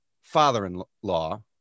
father-in-law